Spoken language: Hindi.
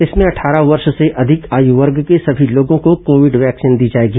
इसमें अट्ठारह वर्ष से अधिक आयु वर्ग के सभी लोगों को कोविड वैक्सीन दी जाएगी